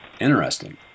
interesting